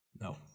No